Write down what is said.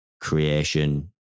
creation